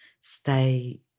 stay